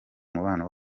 mubano